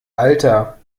alter